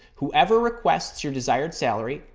whoever requests your desired salary,